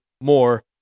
more